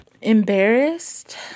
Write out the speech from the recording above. embarrassed